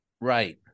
right